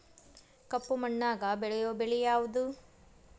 ಕಪ್ಪು ಮಣ್ಣಾಗ ಬೆಳೆಯೋ ಬೆಳಿ ಯಾವುದು?